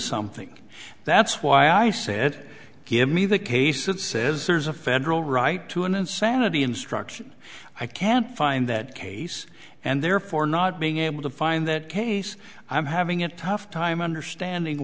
something that's why i said give me the case it says there's a federal right to an insanity instruction i can't find that case and therefore not being able to find that case i'm having a tough time understanding